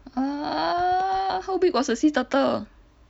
ah how big was the sea turtle